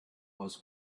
was